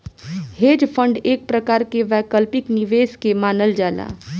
hedge fund एक प्रकार के वैकल्पिक निवेश के मानल जाला